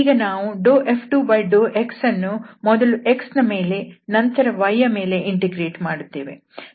ಈಗ ನಾವು F2∂x ಅನ್ನು ಮೊದಲು x ನ ಮೇಲೆ ನಂತರ y ಯ ಮೇಲೆ ಇಂಟಿಗ್ರೇಟ್ ಮಾಡುತ್ತೇವೆ